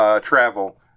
travel